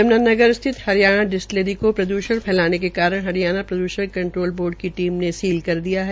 यमुनानगर स्थित हरियाणा डिस्लटरी को प्रद्यषण फैलाने के कारण हरियाणा प्रद्वषण कंट्रोल बोर्ड की टीम ने सील कर दिया है